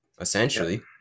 Essentially